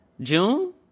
June